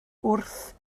wrth